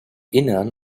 innern